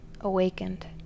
awakened